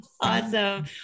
Awesome